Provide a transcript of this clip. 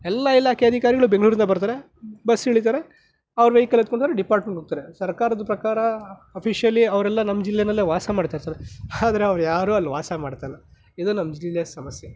ಎಲ್ಲ ಇಲಾಖೆ ಅಧಿಕಾರಿಗಳೂ ಬೆಂಗಳೂರಿಂದ ಬರ್ತಾರೆ ಬಸ್ ಇಳಿತಾರೆ ಅವರ ವೆಹಿಕಲ್ ಹತ್ಕೊತಾರೆ ಡೆಪಾರ್ಟ್ಮೆಂಟ್ಗೆ ಹೋಗ್ತಾರೆ ಸರ್ಕಾರದ ಪ್ರಕಾರ ಅಫಿಷಿಯಲಿ ಅವರೆಲ್ಲ ನಮ್ಮ ಜಿಲ್ಲೆಯಲ್ಲೇ ವಾಸ ಮಾಡ್ತಾರೆ ಸರ್ ಆದರೆ ಅವರು ಯಾರೂ ಅಲ್ಲಿ ವಾಸ ಮಾಡ್ತಾ ಇಲ್ಲ ಇದು ನಮ್ಮ ಜಿಲ್ಲೆ ಸಮಸ್ಯೆ